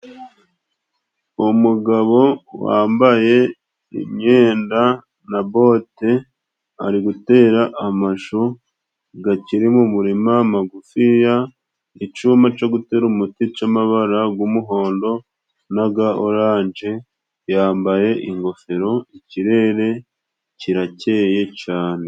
Uwo mugabo wambaye imyenda na bote ari gutera amashu gakiri mu muririma magufiya, icuma co gutera umuti c'amabara g'umuhondo n'aga Oranje, yambaye ingofero ikirere kirakeyeye cane.